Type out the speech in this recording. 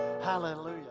Hallelujah